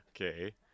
Okay